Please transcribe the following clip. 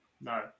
no